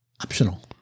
optional